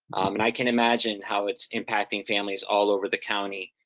and i can imagine how it's impacting families all over the county.